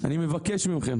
אני מבקש מכם